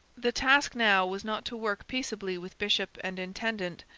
the task now was not to work peaceably with bishop and intendant,